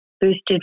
boosted